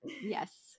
Yes